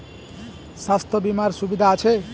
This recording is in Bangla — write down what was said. স্বাস্থ্য বিমার সুবিধা আছে?